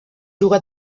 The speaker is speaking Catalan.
juga